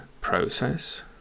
process